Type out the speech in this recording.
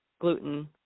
gluten